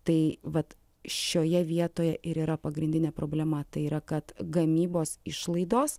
tai vat šioje vietoje ir yra pagrindinė problema tai yra kad gamybos išlaidos